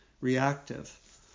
reactive